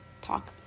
talk